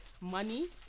money